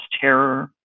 terror